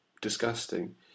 disgusting